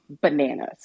bananas